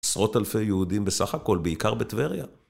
עשרות אלפי יהודים בסך הכל, בעיקר בטבריה.